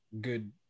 good